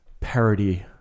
parody